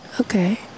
Okay